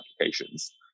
applications